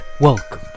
Welcome